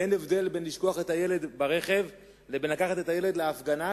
ואין הבדל בין לשכוח את הילד ברכב לבין לקחת את הילד להפגנה,